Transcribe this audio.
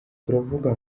turavuga